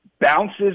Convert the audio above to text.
bounces